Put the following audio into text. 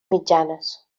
mitjanes